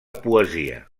poesia